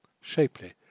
shapely